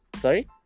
Sorry